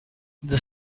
the